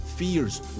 fears